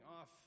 off